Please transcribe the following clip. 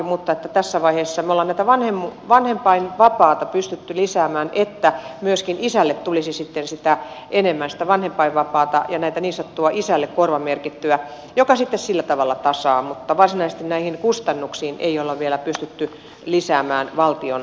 mutta tässä vaiheessa me olemme tätä vanhempainvapaata pystyneet lisäämään että myöskin isälle tulisi sitten enemmän sitä vanhempainvapaata ja tätä niin sanottua isälle korvamerkittyä joka sitten sillä tavalla tasaa mutta varsinaisesti näihin kustannuksiin ei olla vielä pystytty lisäämään valtion rahaa